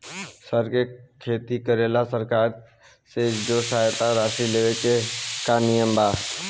सर के खेती करेला सरकार से जो सहायता राशि लेवे के का नियम बा?